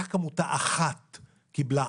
רק עמותה אחת קיבלה,